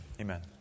Amen